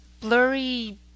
blurry